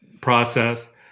process